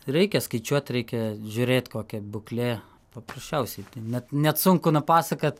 reikia skaičiuot reikia žiūrėt kokia būklė paprasčiausiai net net sunku nupasakot